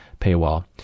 paywall